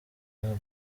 guhaha